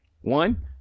one